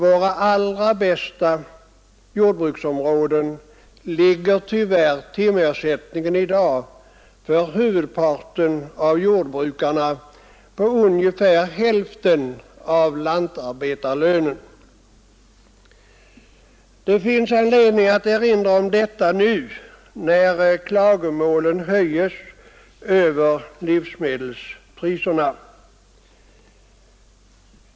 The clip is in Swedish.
I våra allra bästa jordbruksområden ligger tyvärr timersättningen i dag för huvudparten av jordbrukarna på ungefär hälften av lantarbetarlönen. Det finns anledning att erinra om detta nu när klagomålen höjs över livsmedelspriserna.